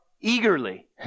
eagerly